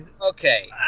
Okay